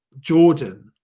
jordan